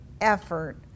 effort